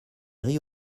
rit